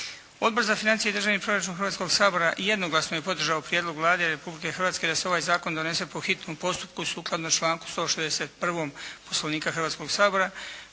Odbor za financije i državni proračun Hrvatskoga sabora jednoglasno je podržao prijedlog Vlade Republike Hrvatske da se ovaj zakon donese po hitnom postupku sukladno članku 161. Poslovnika Hrvatskoga sabora